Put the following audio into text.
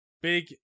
big